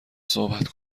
صحبت